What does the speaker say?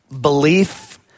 belief